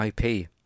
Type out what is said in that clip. IP